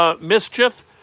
mischief